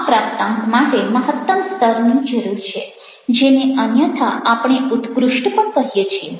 આ પ્રાપ્તાંક માટે મહત્તમ સ્તરની જરૂર છે જેને અન્યથા આપણે ઉત્કૃષ્ટ પણ કહીએ છીએ